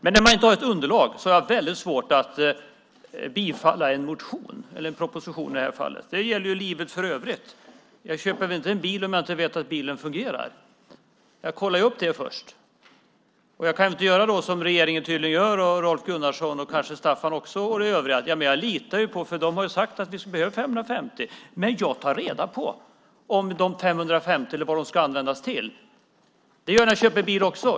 Men när man inte har ett underlag har jag svårt att bifalla en proposition. Det gäller också i livet i övrigt. Jag köper inte en bil om jag inte vet att bilen fungerar. Jag kollar upp det först. Jag kan inte göra som regeringen, Rolf Gunnarsson och kanske också Staffan Danielsson och övriga tydligen gör, och lita på detta. De har ju sagt att vi behöver 550 timmar, menar ni. Men jag tar reda på vad som gäller för de 550 timmarna och vad de ska användas till. Det gör jag när jag köper bil också.